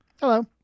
Hello